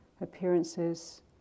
appearances